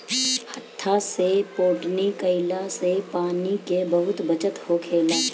हत्था से पटौनी कईला से पानी के बहुत बचत होखेला